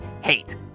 hate